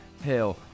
hell